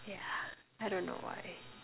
yeah I don't know why